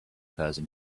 person